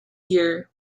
pier